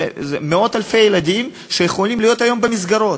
זה מאות אלפי ילדים שיכולים להיות היום במסגרות.